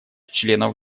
членов